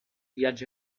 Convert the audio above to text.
viaggi